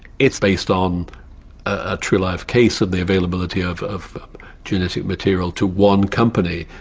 it's based on a true life case of the availability of of genetic material to one company.